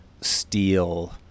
steel